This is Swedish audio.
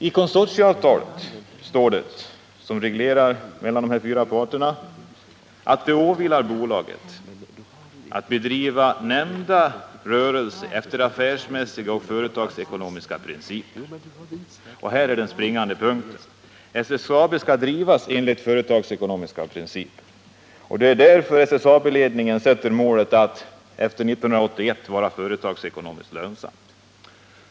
I konsortieavtalet, som reglerar förhållandena mellan dessa fyra parter, står att det åvilar bolaget att bedriva nämnda rörelse efter affärsmässiga och företagsekonomiska principer. Här är den springande punkten: SSAB skall drivas enligt företagsekonomiska principer. Det är anledningen till att SSAB-ledningen sätter målet att efter 1981 vara företagsekonomiskt lönsamt.